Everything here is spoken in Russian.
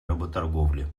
работорговли